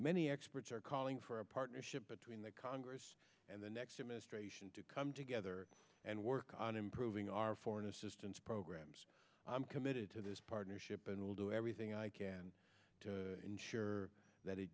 many experts are calling for a partnership between the congress and the next administration to come together and work on improving our foreign assistance programs i'm committed to this partnership and will do everything i can to ensure that it